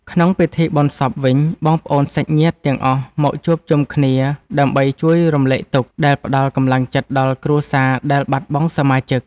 ក្នុងពិធីបុណ្យសពវិញ បងប្អូនសាច់ញាតិទាំងអស់មកជួបជុំគ្នាដើម្បីជួយរំលែកទុក្ខ និងផ្ដល់កម្លាំងចិត្តដល់គ្រួសារដែលបាត់បង់សមាជិក។